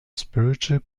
spiritual